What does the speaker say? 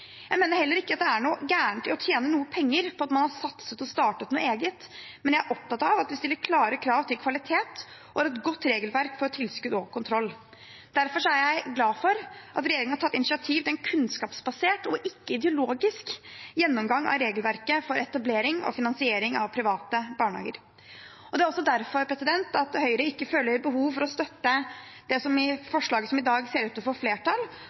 Jeg mener heller ikke det er noe gærent i å tjene noe penger på at man har satset og startet noe eget, men jeg er opptatt av at vi stiller klare krav til kvalitet og har et godt regelverk for tilskudd og kontroll. Derfor er jeg glad for at regjeringen har tatt initiativ til en kunnskapsbasert, ikke ideologisk, gjennomgang av regelverket for etablering og finansiering av private barnehager. Det er også derfor Høyre ikke føler behov for å støtte det forslaget som i dag ser ut til å få flertall,